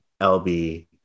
LB